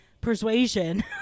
persuasion